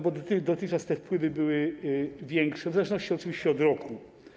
Bo dotychczas te wpływy były większe, w zależności oczywiście od roku.